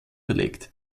verlegt